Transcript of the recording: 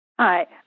Hi